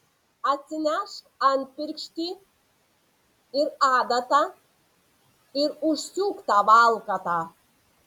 atsinešk antpirštį ir adatą ir užsiūk tą valkatą